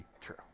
true